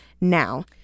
now